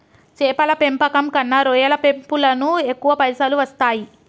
చేపల పెంపకం కన్నా రొయ్యల పెంపులను ఎక్కువ పైసలు వస్తాయి